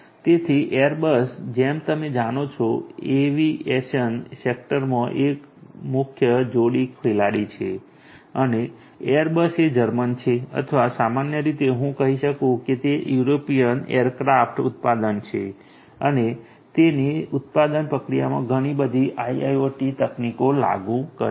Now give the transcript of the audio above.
તેથી એરબસ જેમ તમે જાણો છો એવિએશન સેક્ટરમાં એક મુખ્ય જોડી ખેલાડી છે અને એરબસ એ જર્મન છે અથવા સામાન્ય રીતે હું કહી શકું છું કે તે યુરોપિયન એરક્રાફ્ટ ઉત્પાદક છે અને તે તેની ઉત્પાદન પ્રક્રિયામાં ઘણી બધી IoT તકનીકો લાગુ કરે છે